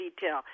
detail